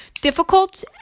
difficult